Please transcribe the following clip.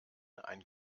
ein